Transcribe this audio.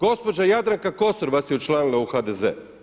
Gospođa Jadranka Kosor vas je učlanila u HDZ.